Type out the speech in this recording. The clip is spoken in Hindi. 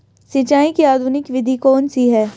सिंचाई की आधुनिक विधि कौन सी है?